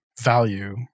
value